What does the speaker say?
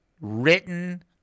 Written